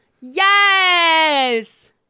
Yes